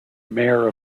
mayor